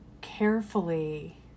carefully